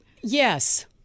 Yes